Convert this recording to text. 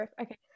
okay